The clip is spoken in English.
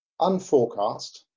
unforecast